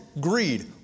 greed